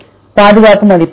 பாதுகாப்பு மதிப்பெண் சரி